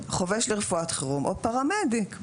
חובש לרפואת חירום או פרמדיק,